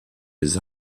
les